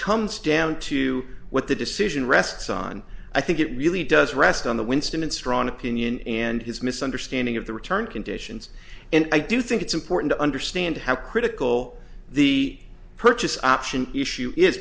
comes down to what the decision rests on i think it really does rest on the winston and strawn opinion and his understanding of the return conditions and i do think it's important to understand how critical the purchase option issue is